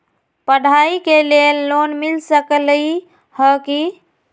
पढाई के लेल लोन मिल सकलई ह की?